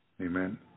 Amen